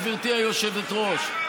גברתי היושבת-ראש,